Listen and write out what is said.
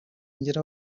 ngera